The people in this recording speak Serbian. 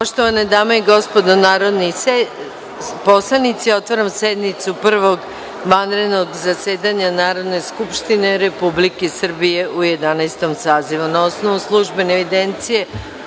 Poštovane dame i gospodo narodni poslanici, otvaram sednicu Prvog vanrednog zasedanja Narodne skupštine Republike Srbije u Jedanaestom